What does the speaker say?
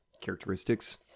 characteristics